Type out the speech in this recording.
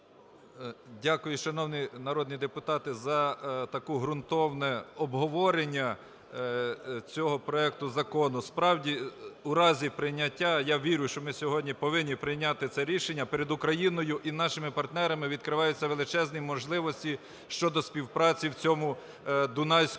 Дякую, шановні народні депутати, за таке ґрунтовне обговорення цього проекту закону. Справді, у разі прийняття, а я вірю, що ми сьогодні повинні прийняти це рішення, перед Україною і нашими партнерами відкриваються величезні можливості щодо співпраці в цьому Дунайському басейні.